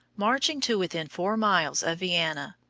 marching to within four miles of vienna,